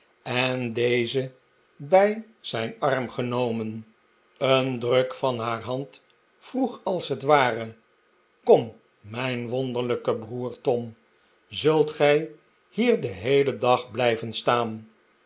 en dezen bij zijn arm genomen een druk van haar hand vroeg als het ware kom mijn wonderlijke broer tom zult gij hier den heelen dag blijven staan